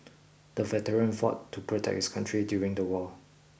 the veteran fought to protect his country during the war